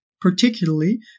particularly